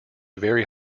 very